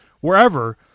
wherever